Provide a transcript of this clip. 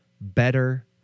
better